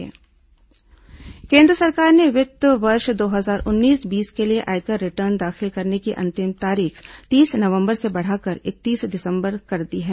आयकर रिटर्न केन्द्र सरकार ने वित्त वर्ष दो हजार उन्नीस बीस के लिए आयकर रिटर्न दाखिल करने की अंतिम तारीख तीस नवम्बर से बढ़ाकर इकतीस दिसम्बर कर दी है